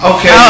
Okay